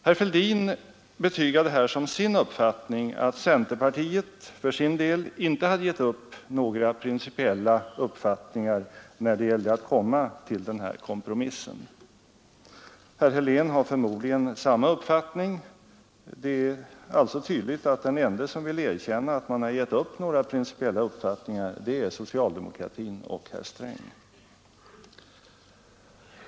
Herr Fälldin betygade som sin uppfattning att centerpartiet inte hade gett upp några principiella uppfattningar när det gällde att komma fram till den här kompromissen. Herr Helén har förmodligen samma uppfattning. Det är alltså tydligt att de enda som vill erkänna att de har gett upp några principiella uppfattningar är socialdemokratin och herr Sträng.